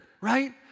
right